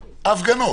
ההפגנות,